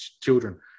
children